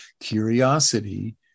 curiosity